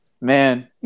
Man